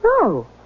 No